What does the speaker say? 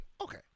Okay